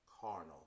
carnal